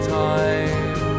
time